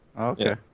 okay